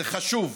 זה חשוב.